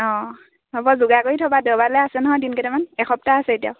অঁ হ'ব যোগাৰ কৰি থ'বা দেওবাৰলৈ আছে নহয় দিন কেইটামান এসপ্তাহ আছে এতিয়াও